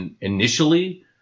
initially